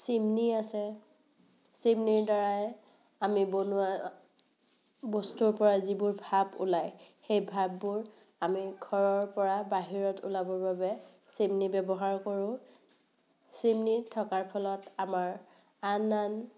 chimney আছে চিমনিৰ দ্বাৰাই আমি বনোৱা বস্তুৰ পৰাই যিবোৰ ভাপ ওলায় সেই ভাপবোৰ আমি ঘৰৰ পৰা বাহিৰত ওলাবৰ বাবে চিমনি ব্যৱহাৰ কৰোঁ চিমনি থকাৰ ফলত আমাৰ আন আন